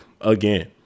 again